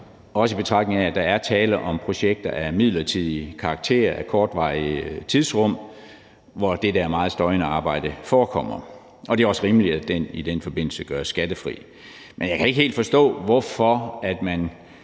også i betragtning af at der er tale om projekter af midlertidig karakter og af kortvarige tidsrum, hvor det der meget støjende arbejde forekommer, og det er også rimeligt, at det i den forbindelse gøres skattefrit. Men jeg kan ikke helt forstå, hvorfor man